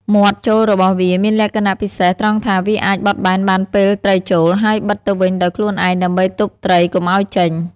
មាត់ចូលរបស់វាមានលក្ខណៈពិសេសត្រង់ថាវាអាចបត់បែនបានពេលត្រីចូល ហើយបិទទៅវិញដោយខ្លួនឯងដើម្បីទប់ត្រីកុំឲ្យចេញ។